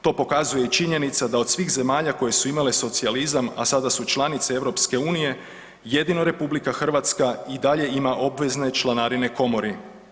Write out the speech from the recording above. To pokazuje i činjenica da od svih zemalja koje su imale socijalizam, a sada su članice EU jedino RH i dalje ima obvezne članarine komori.